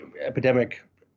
epidemic